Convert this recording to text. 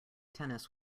tennis